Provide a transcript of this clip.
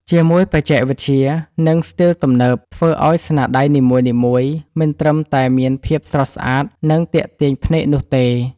ជាមួយបច្ចេកវិទ្យា និងស្ទីលទំនើប ធ្វើឲ្យស្នាដៃនីមួយៗ មិនត្រឹមតែមានភាពស្រស់ស្អាត និងទាក់ទាញភ្នែកនោះទេ